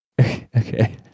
Okay